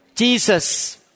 Jesus